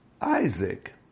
Isaac